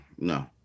no